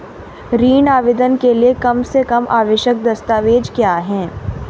ऋण आवेदन के लिए कम से कम आवश्यक दस्तावेज़ क्या हैं?